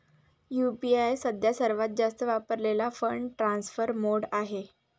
UPI सध्या सर्वात जास्त वापरलेला फंड ट्रान्सफर मोड आहे